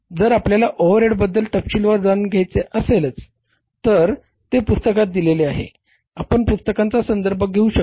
जर आपल्याला ओव्हरहेड बद्द्ल तपशीलवार जाणून घ्यायचे असतील तर ते पुस्तकात दिलेले आहे आपण पुस्तकांचा संदर्भ घेऊ शकता